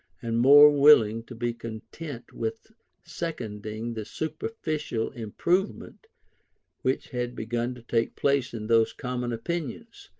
and more willing to be content with seconding the superficial improvement which had begun to take place in those common opinions,